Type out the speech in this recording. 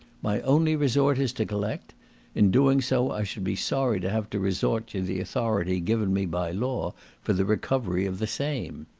my only resort is to collect in doing so i should be sorry to have to resort to the authority given me by law for the recovery of the same.